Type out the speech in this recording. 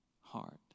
heart